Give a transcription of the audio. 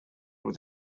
with